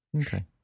Okay